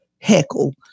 heckle